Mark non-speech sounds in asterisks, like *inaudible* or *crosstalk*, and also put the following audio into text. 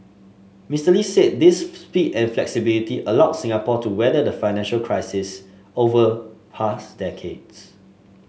Mister Lee said this *unintelligible* speed and flexibility allowed Singapore to weather the financial crises of past decades